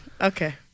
Okay